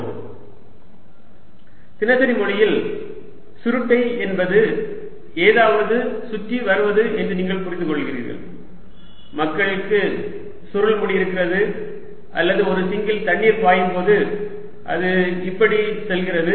Curl ExEz∂y Ey∂zyEx∂z Ez∂xzEy∂x Ex∂y தினசரி மொழியில் சுருட்டை என்பது ஏதாவது சுற்றி வருவது என்று நீங்கள் புரிந்துகொள்கிறீர்கள் மக்களுக்கு சுருள் முடி இருக்கிறது அல்லது ஒரு சிங்கில் தண்ணீர் பாயும் போது அது இப்படி செல்கிறது